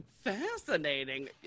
fascinating